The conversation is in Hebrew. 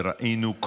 וראינו,